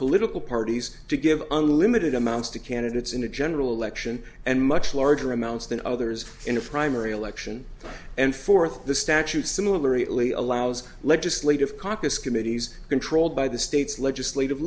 political parties to give unlimited amounts to candidates in a general election and much larger amounts than others in a primary election and fourth the statute similarly only allows legislative caucus committees controlled by the state's legislative